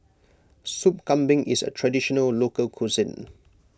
Sop Kambing is a Traditional Local Cuisine